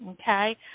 okay